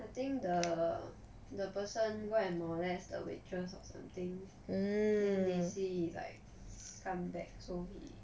I think the the person go and molest the waitress or something then they said like come back so he